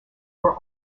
were